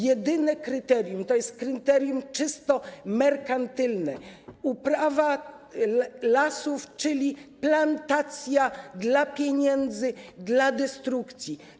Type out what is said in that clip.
Jedynym kryterium jest kryterium czysto merkantylne: uprawa lasów, czyli plantacja dla pieniędzy, dla destrukcji.